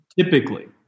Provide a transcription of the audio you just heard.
typically